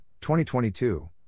2022